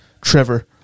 Trevor